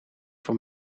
voor